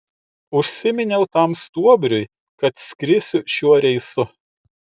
užsiminiau tam stuobriui kad skrisiu šiuo reisu